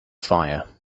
fire